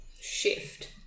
shift